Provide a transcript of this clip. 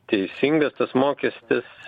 teisingas tas mokestis